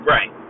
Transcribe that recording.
Right